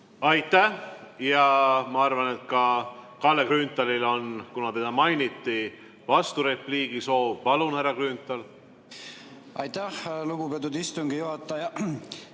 Aitäh! Ma arvan, et ka Kalle Grünthalil on, kuna teda mainiti, vasturepliigi soov. Palun, härra Grünthal! Aitäh, lugupeetud istungi juhataja!